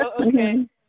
okay